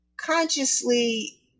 consciously